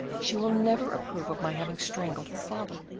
she will never approve of my having strangled her father,